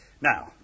Now